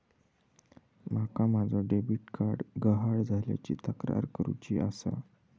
माका माझो debit card गहाळ झाल्याची तक्रार करुची आसा